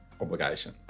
obligation